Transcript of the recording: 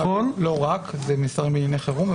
לא רק מסרים בענייני חירום,